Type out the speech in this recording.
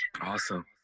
awesome